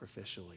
sacrificially